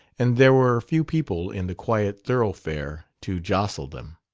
and there were few people in the quiet thoroughfare to jostle them.